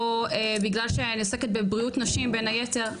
בגלל שאני עוסקת בבריאות נשים בין היתר,